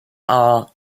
all